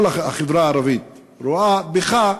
כל החברה הערבית רואה בך,